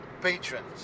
patrons